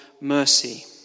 mercy